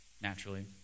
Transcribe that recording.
naturally